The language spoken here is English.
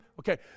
Okay